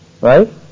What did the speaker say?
Right